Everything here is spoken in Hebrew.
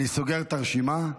אני סוגר את הרשימה.